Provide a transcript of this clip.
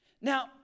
Now